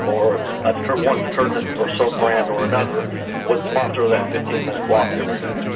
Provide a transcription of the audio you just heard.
or ah or one detergent or soap brand or another would sponsor that fifteen minuite block every day.